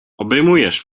obejmujesz